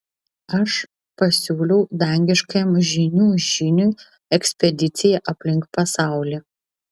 aš pasiūliau dangiškajam žynių žyniui ekspediciją aplink pasaulį